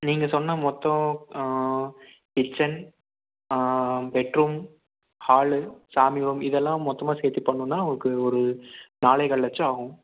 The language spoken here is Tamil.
நீங்கள் சொன்ன மொத்தம் கிச்சன் பெட்ரூம் ஹால்லு சாமி ரூம் இதெல்லாம் மொத்தமாக சேர்த்தி பண்ணணுன்னா உங்களுக்கு ஒரு நாலேகால் லட்சம் ஆகும்